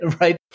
right